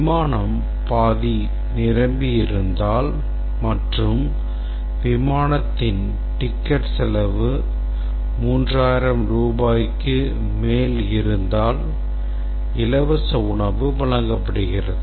விமானம் பாதி நிரம்பியிருந்தால் மற்றும் விமானத்தின் டிக்கெட் செலவு 3000 ரூபாய்க்கு மேல் இருந்தால் இலவச உணவு வழங்கப்படுகிறது